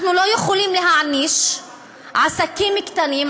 אנחנו לא יכולים להעניש עסקים קטנים,